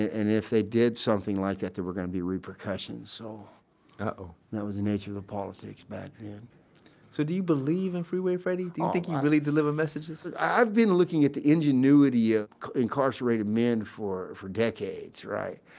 and if they did something like that, there were going to be repercussions. so that was the nature of the politics back then so do you believe in freeway freddy? do you think you really delivered messages? i've been looking at the ingenuity of incarcerated men for for decades, right?